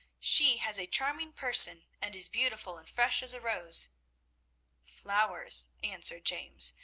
she has a charming person, and is beautiful and fresh as a rose flowers, answered james,